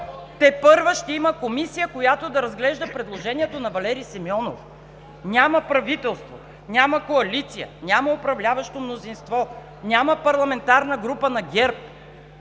Тепърва ще има комисия, която да разглежда предложението на Валери Симеонов. Няма правителство, няма коалиция, няма управляващо мнозинство, няма парламентарна група на ГЕРБ